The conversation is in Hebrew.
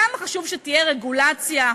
כמה חשוב שתהיה רגולציה.